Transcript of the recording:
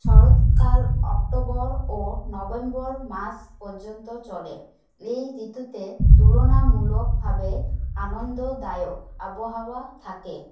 শরৎকাল অক্টোবর ও নভেম্বর মাস পর্যন্ত চলে এই ঋতুতে তুলনামূলকভাবে আনন্দদায়ক আবহাওয়া থাকে